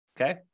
okay